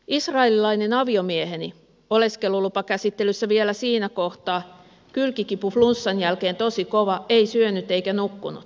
israelilainen aviomieheni oleskelulupa käsittelyssä vielä siinä kohtaa kylkikipu flunssan jälkeen tosi kova ei syönyt eikä nukkunut